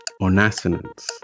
Onassonance